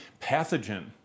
pathogen